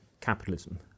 capitalism